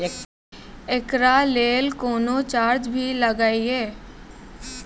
एकरा लेल कुनो चार्ज भी लागैये?